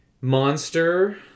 Monster